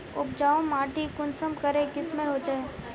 उपजाऊ माटी कुंसम करे किस्मेर होचए?